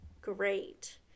great